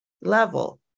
level